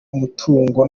umutungo